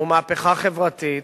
והוא מהפכה חברתית,